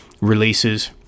releases